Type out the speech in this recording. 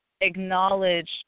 acknowledge